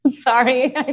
Sorry